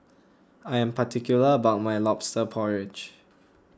I am particular about my Lobster Porridge